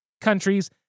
countries